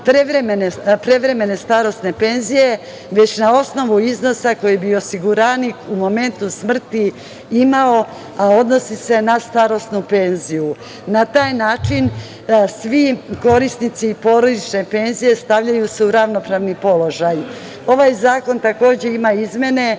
prevremene starosne penzije, već na osnovu iznosa koji bi osiguranik u momentu smrti imao, a odnosi se na starosnu penziju. Na taj način svi korisnici porodične penzije stavljaju se u ravnopravan položaj. Ovaj zakon ima izmene